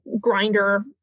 grinder